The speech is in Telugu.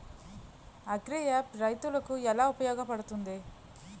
అగ్రియాప్ రైతులకి ఏలా ఉపయోగ పడుతుంది?